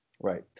right